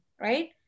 right